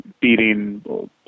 beating